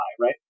right